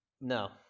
No